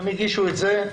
הם הגישו את זה,